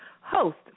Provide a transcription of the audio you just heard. host